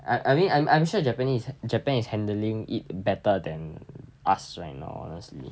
I mean I'm I'm sure japanese japan is handling it better than us right now honestly